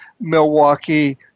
Milwaukee